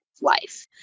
life